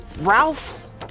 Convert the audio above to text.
Ralph